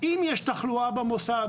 אם יש תחלואה במוסד,